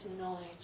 knowledge